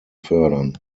fördern